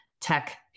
tech